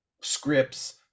scripts